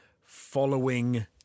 following